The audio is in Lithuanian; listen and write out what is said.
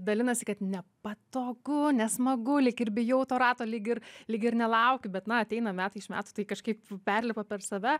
dalinasi kad nepatogu nesmagu lyg ir bijau to rato lyg ir lygi ir nelaukiu bet na ateina metai iš metų tai kažkaip perlipa per save